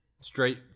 Straight